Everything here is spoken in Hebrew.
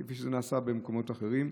כפי שזה נעשה במקומות אחרים?